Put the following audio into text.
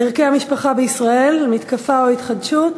על: ערכי המשפחה בישראל, מתקפה או התחדשות?